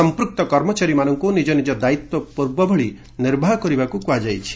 ସମ୍ପୁକ୍ତ କର୍ମଚାରୀମାନଙ୍କୁ ନିଜ ନିଜ ଦାୟିତ୍ୱ ପୂର୍ବବତ୍ ନିର୍ବାହ କରିବାକୁ କୁହାଯାଇଛି